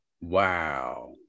Wow